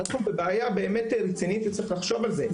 אנחנו בבעיה באמת רצינית וצריך לחושב על זה,